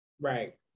Right